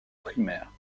primaire